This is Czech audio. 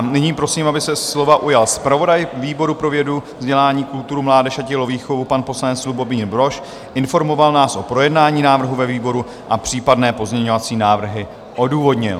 Nyní prosím, aby se slova ujal zpravodaj výboru pro vědu, vzdělání, kulturu, mládež a tělovýchovu, pan poslanec Lubomír Brož, informoval nás o projednání návrhu ve výboru a případné pozměňovací návrhy odůvodnil.